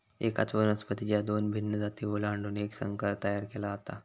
एकाच वनस्पतीच्या दोन भिन्न जाती ओलांडून एक संकर तयार केला जातो